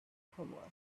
sycamore